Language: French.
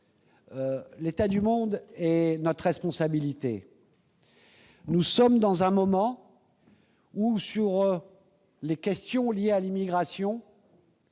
l'état du monde et notre responsabilité. Nous vivons un moment où, sur les questions liées à l'immigration,